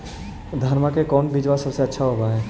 धनमा के कौन बिजबा सबसे अच्छा होव है?